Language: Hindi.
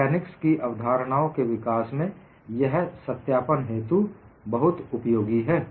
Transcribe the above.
मेकानिक्स के अवधारणाओं के विकास में यह सत्यापन हेतु बहुत उपयोगी है